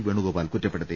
വേണുഗോപാൽ കുറ്റപ്പെടുത്തി